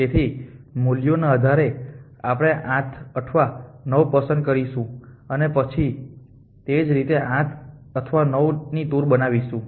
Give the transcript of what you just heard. તેથી મૂલ્યોના આધારે આપણે 8 અથવા 9 પસંદ કરીશું અને પછી તે જ રીતે 8 અથવા 9 ની ટૂર બનાવીશું